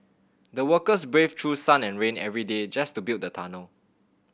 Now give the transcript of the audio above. the workers braved through sun and rain every day just to build the tunnel